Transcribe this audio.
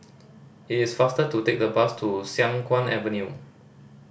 it is faster to take the bus to Siang Kuang Avenue